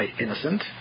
innocent